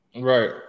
right